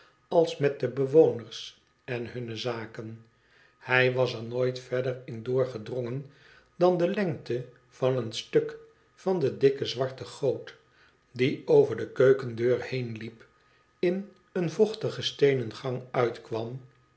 als met de bewoners en hunne zaken hij was er nooit verder in doorgedrongen dan de lengte van een stuk van de dikke zwarte goot die over de keukendeur heen liep in een vochtige steenen ang uitkwam